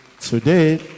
today